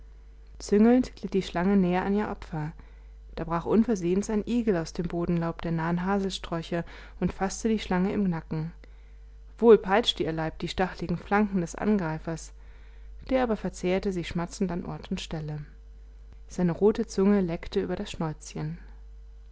glitt die schlange näher an ihr opfer da brach unversehens ein igel aus dem bodenlaub der nahen haselsträucher und faßte die schlange im nacken wohl peitschte ihr leib die stacheligen flanken des angreifers der aber verzehrte sie schmatzend an ort und stelle seine rote zunge leckte über das schnäuzchen